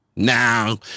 Now